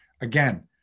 Again